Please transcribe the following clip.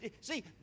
See